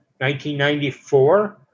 1994